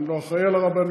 אני לא אחראי על הרבנות,